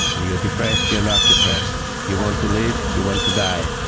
you are depressed, you're not depressed, you want to live, you want to die,